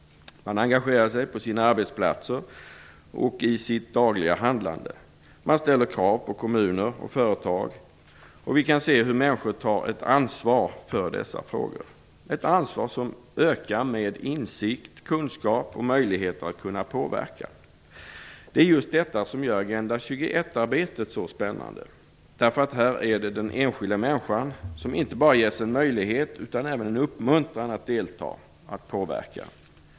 Man engagerar sig på sina arbetsplatser och i sitt dagliga handlande. Man ställer krav på kommuner och företag. Vi kan se hur människor tar ett ansvar för dessa frågor, ett ansvar som ökar med insikt, kunskap och möjligheter att kunna påverka. Det är just detta som gör Agenda 21-arbetet så spännande, därför att här är det den enskilda människan som inte bara ges en möjlighet, utan även en uppmuntran att delta, att påverka.